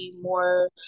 more